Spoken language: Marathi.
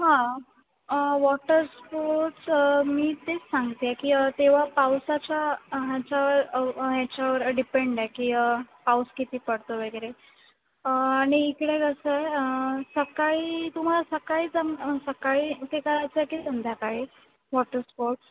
हां वॉटर स्पोर्टस् मी तेच सांगत आहे की तेव्हा पावसाच्या ह्याच्यावर ह्याच्यावर डिपेंड आहे की पाऊस किती पडतो वगैरे आणि इकडे कसं आहे सकाळी तुम्हाला सकाळी जम सकाळी ते करायचं आहे की संध्याकाळी वॉटरस्पोर्ट्स